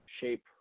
shape